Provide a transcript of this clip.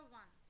one